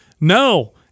No